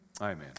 Amen